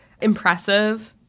Impressive